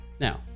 now